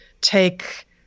take